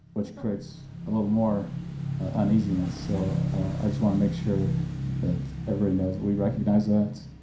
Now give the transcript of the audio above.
which creates a little more uneasiness. so i just want to make sure that everybody knows that we recognize that.